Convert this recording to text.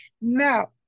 now